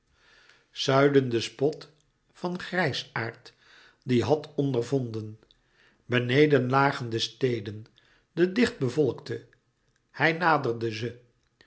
vader snijdende spot van grijsaard die had ondervonden beneden lagen de steden de dichtbevolkte hij naderde ze